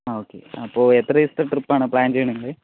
ആ ഓക്കേ അപ്പോൾ എത്ര ദിവസത്തെ ട്രിപ്പാണ് പ്ലാൻ ചെയ്യണത്